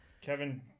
Kevin